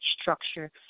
structure